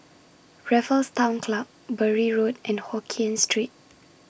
Raffles Town Club Bury Road and Hokien Street